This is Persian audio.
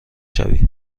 شوی